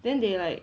then they like